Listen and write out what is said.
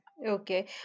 Okay